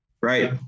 right